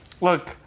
look